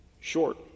short